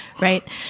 right